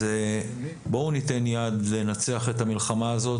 אז בואו ניתן יד לנצח את המלחמה הזאת,